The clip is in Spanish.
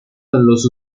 los